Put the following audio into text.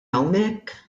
hawnhekk